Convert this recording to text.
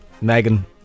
Megan